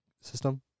system